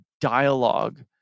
dialogue